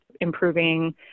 improving